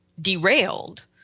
derailed